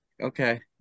okay